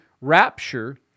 rapture